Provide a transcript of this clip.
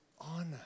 Honor